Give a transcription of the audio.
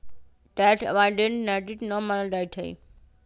tax avoidance नैतिक न मानल जाइ छइ